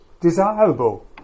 Desirable